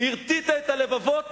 הרטיטה את הלבבות